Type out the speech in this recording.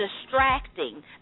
distracting